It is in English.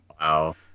Wow